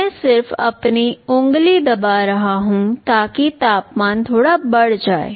मैं सिर्फ अपनी उंगली से दबा रहा हूं ताकि तापमान थोड़ा बढ़ जाए